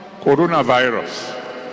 coronavirus